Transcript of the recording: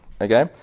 Okay